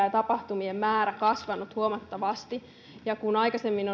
ja tapahtumien määrä kasvanut huomattavasti kun aikaisemmin